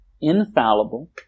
infallible